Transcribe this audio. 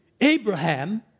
Abraham